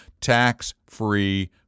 tax-free